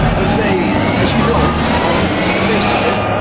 i would say, as you note, on the face of it,